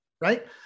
right